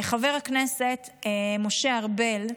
חבר הכנסת משה ארבל,